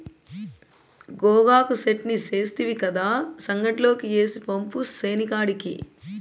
గోగాకు చెట్నీ సేస్తివి కదా, సంగట్లోకి ఏసి పంపు సేనికాడికి